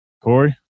Corey